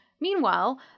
Meanwhile